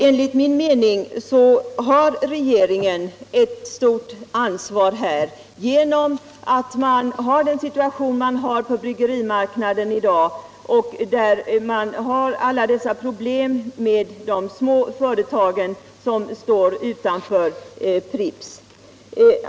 Enligt min mening har regeringen ett stort ansvar på grund av den situation som i dag råder på bryggerimarknaden, där man har alla dessa problem med de små företagen som står utanför Pripps.